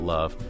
Love